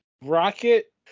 Rocket